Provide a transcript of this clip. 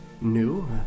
new